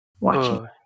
watching